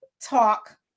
talk